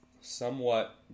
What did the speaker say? somewhat